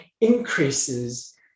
increases